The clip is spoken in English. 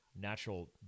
natural